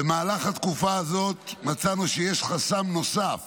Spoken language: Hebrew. במהלך התקופה הזאת מצאנו שיש חסם נוסף